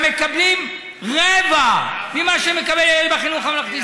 שמקבלים רבע ממה שמקבל ילד בחינוך הממלכתי.